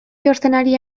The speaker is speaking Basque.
txostenari